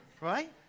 right